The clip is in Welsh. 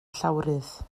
llawrydd